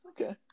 Okay